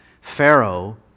Pharaoh